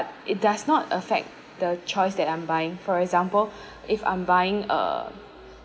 it does not affect the choice that I'm buying for example if I'm buying uh